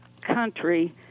country